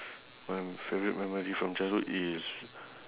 my favourite memory from childhood is